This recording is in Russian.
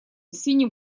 синим